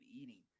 eating